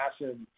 massive